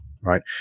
Right